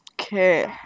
Okay